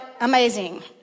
amazing